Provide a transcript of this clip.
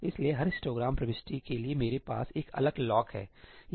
इसलिए हर हिस्टोग्राम प्रविष्टि के लिए मेरे पास एक अलग लॉकहै